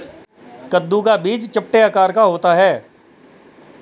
कद्दू का बीज चपटे आकार का होता है